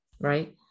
Right